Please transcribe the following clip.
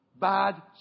bad